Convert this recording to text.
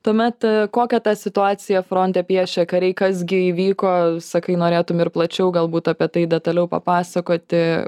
tuomet kokią tą situaciją fronte piešė kariai kas gi įvyko sakai norėtum ir plačiau galbūt apie tai detaliau papasakoti